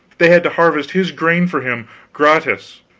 they had to harvest his grain for him gratis,